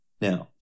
Now